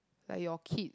like your kid